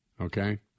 Okay